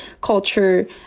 culture